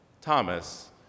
Thomas